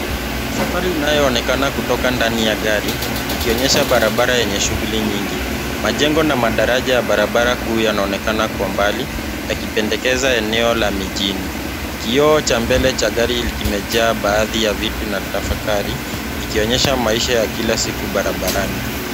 Safari inayoonekana kutoka ndani ya gari ikionyesha barabara yenye shughuli nyingi. Majengo na madaraja ya barabara kuu yanaonekana kwa mbali yakipendekeza eneo la mijini. Kioo cha mbele cha gari kimejaa baadhi ya vitu na tafakari, ikionyesha maisha ya kila siku barabarani.